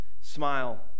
Smile